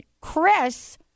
Chris